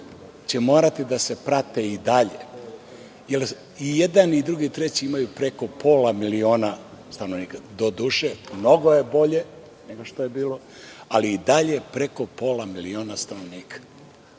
sud moraće da se prate i dalje, jer i jedan, i drugi i treći imaju preko pola miliona stanovnika. Doduše, mnogo je bolje nego što je bilo, ali i dalje preko pola miliona stanovnika.